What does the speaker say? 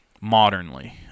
modernly